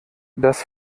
das